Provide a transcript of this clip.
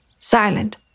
silent